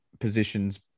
positions